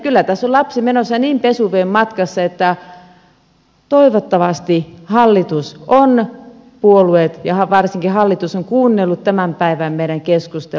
kyllä tässä on lapsi menossa niin pesuveden matkassa että toivottavasti hallituspuolueet ovat kuunnelleet ja varsinkin hallitus on kuunnellut meidän tämän päivän keskustelumme